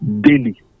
daily